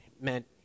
meant